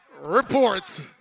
Report